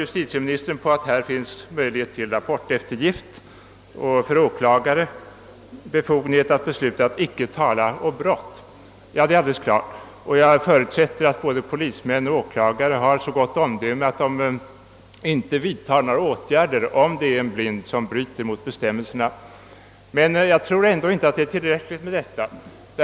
Justitieministern pekar på att möjlighet till rapporteftergift föreligger och på att åklagare har befogenhet att besluta att icke tala å brott. Ja, detta är alldeles klart. Jag förutsätter att både polismän och åklagare normalt har så gott omdöme, att de inte vidtar några åtgärder om en blind bryter mot bestämmelserna. Men ändå tror jag inte att detta är tillräckligt.